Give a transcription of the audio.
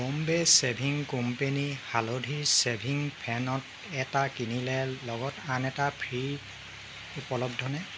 Bombay shaving company হালধিৰ শ্বেভিং ফেনত এটা কিনিলে লগত আন এটা ফ্ৰী' উপলব্ধনে